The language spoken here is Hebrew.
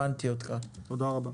תודה רבה.